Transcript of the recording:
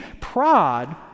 Pride